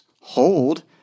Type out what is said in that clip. hold